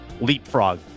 leapfrog